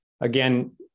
Again